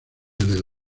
del